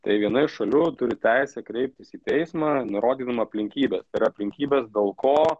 tai viena iš šalių turi teisę kreiptis į teismą nurodydama aplinkybes tai yra aplinkybes dėl ko